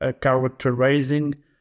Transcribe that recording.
characterizing